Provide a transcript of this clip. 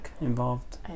involved